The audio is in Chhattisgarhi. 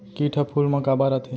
किट ह फूल मा काबर आथे?